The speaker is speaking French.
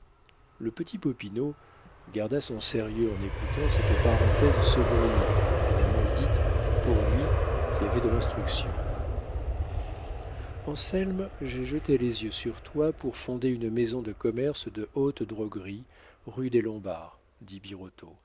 le petit popinot garda son sérieux en écoutant cette parenthèse saugrenue évidemment dite pour lui qui avait de l'instruction anselme j'ai jeté les yeux sur toi pour fonder une maison de commerce de haute droguerie rue des